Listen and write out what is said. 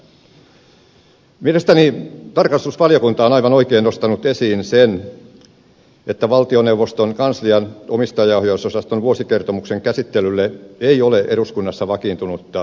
mielestäni tarkastusvaliokunta on aivan oikein nostanut esiin sen että valtioneuvoston kanslian omistajaohjausosaston vuosikertomuksen käsittelylle ei ole eduskunnassa vakiintunutta menettelyä